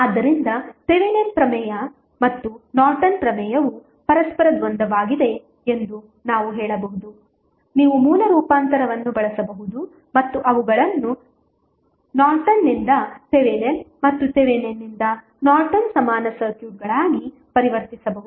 ಆದ್ದರಿಂದ ಥೆವೆನಿನ್ ಪ್ರಮೇಯ ಮತ್ತು ನಾರ್ಟನ್ ಪ್ರಮೇಯವು ಪರಸ್ಪರ ದ್ವಂದ್ವವಾಗಿದೆ ಎಂದು ನಾವು ಹೇಳಬಹುದು ನೀವು ಮೂಲ ರೂಪಾಂತರವನ್ನು ಬಳಸಬಹುದು ಮತ್ತು ಅವುಗಳನ್ನು ನಾರ್ಟನ್ನಿಂದ ಥೆವೆನಿನ್ ಮತ್ತು ಥೆವೆನಿನ್ನಿಂದ ನಾರ್ಟನ್ ಸಮಾನ ಸರ್ಕ್ಯೂಟ್ಗಳಾಗಿ ಪರಿವರ್ತಿಸಬಹುದು